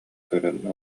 көрөн